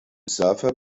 server